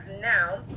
now